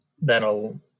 that'll